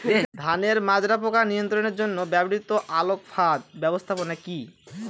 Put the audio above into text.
ধানের মাজরা পোকা নিয়ন্ত্রণের জন্য ব্যবহৃত আলোক ফাঁদ ব্যবস্থাপনা কি?